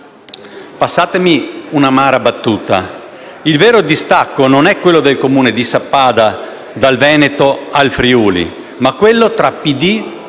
Passatemi un'amara battuta: il vero distacco non è quello del Comune di Sappada dal Veneto al Friuli-Venezia Giulia, ma quello tra PD e